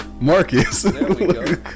marcus